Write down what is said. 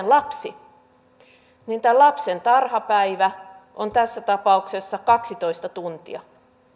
lapsi niin tämän lapsen tarhapäivä on tässä tapauksessa kaksitoista tuntia